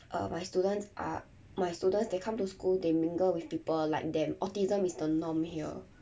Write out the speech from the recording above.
err my students are my students that come to school they mingle with people like them autism is the norm here